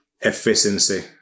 Efficiency